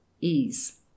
ease